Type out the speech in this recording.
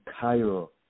Cairo